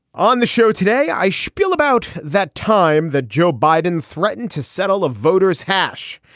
on the show today, i shpiel about that time that joe biden threatened to settle a voter's hash.